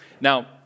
Now